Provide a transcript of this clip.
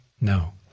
No